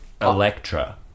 Electra